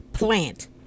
plant